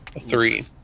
Three